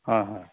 হয় হয়